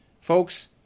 folks